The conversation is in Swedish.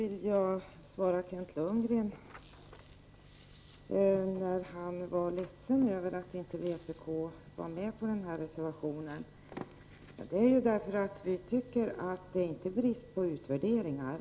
Herr talman! Kent Lundgren är ledsen över att vpk inte är med på reservation 1. Det beror på att vi tycker att det inte är brist på utvärderingar.